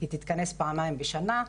היא תתכנס פעמיים בשנה,